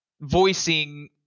voicing